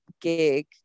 gig